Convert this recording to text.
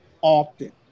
often